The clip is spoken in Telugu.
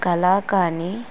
కలాకండ్